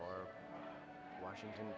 or washington